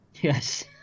yes